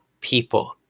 people